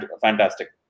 fantastic